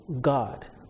God